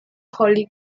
holy